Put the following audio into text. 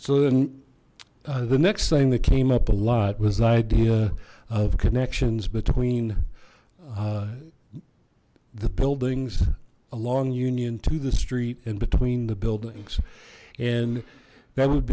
so then the next thing that came up a lot was the idea of connections between the buildings along union to the street and between the buildings and that would